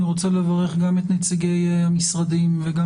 אני רוצה לברך גם את נציגי המשרדים וגם